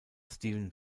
steven